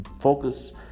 focus